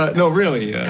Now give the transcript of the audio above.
ah no, really, yeah